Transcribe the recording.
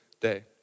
day